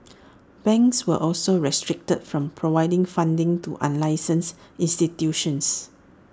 banks were also restricted from providing funding to unlicensed institutions